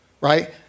right